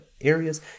areas